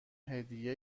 هدیه